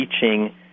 teaching